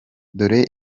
dore